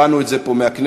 הבענו את זה פה בכנסת,